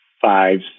five